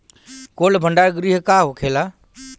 Cold भण्डार गृह का होखेला?